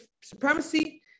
supremacy